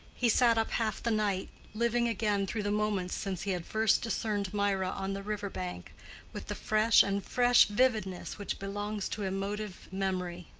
he sat up half the night, living again through the moments since he had first discerned mirah on the river-brink, with the fresh and fresh vividness which belongs to emotive memory.